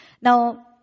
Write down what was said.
Now